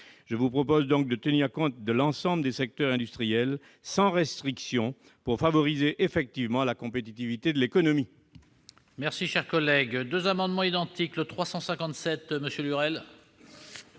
Je vous propose donc de tenir compte de l'ensemble des secteurs industriels sans restriction, pour favoriser la compétitivité de l'économie.